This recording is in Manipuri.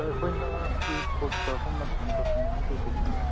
ꯍꯣꯏ ꯑꯩꯈꯣꯏꯅ ꯁꯤ ꯕꯨꯛ ꯇꯧꯔꯛꯄ ꯃꯇꯝꯗ ꯗꯣꯀꯨꯃꯦꯟꯗꯤ ꯀꯩ ꯀꯩ ꯆꯪꯒꯅꯤ